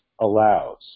allows